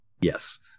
Yes